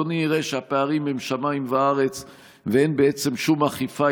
אדוני יראה שהפערים הם שמיים וארץ ואין בעצם שום אכיפה.